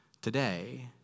Today